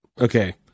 okay